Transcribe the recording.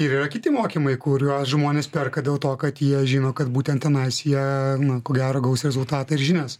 ir yra kiti mokymai kuriuos žmonės perka dėl to kad jie žino kad būtent tenais jie ko gero gaus rezultatą ir žinias